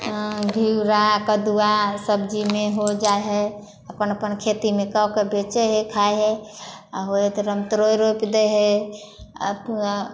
घिउरा कददुआ सब्जीमे हो जा हइ अपन अपन खेतीमे कऽ कऽ बेचै हइ खाइ हइ आ होइ हइ तऽ रमतोरै रोपि दै हइ